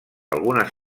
algunes